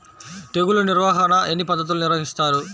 తెగులు నిర్వాహణ ఎన్ని పద్ధతులలో నిర్వహిస్తారు?